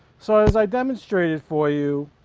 so as i demonstrated for you,